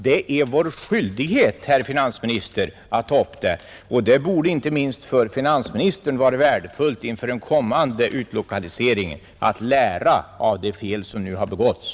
Det är vår skyldighet, herr Sträng, att ta upp det. Det borde inte minst för finansministern vara värdefullt inför den kommande utlokaliseringen att lära av de fel som nu har begåtts.